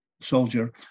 soldier